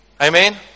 Amen